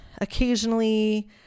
occasionally